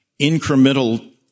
incremental